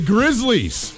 Grizzlies